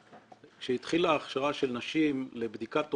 כשהתחילה ההכשרה של נשים לבדיקת תוכנה,